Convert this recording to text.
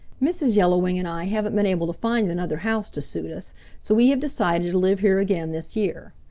mrs. yellow wing and i haven't been able to find another house to suit us, so we have decided to live here again this year.